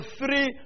three